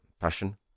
passion